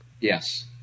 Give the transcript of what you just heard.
Yes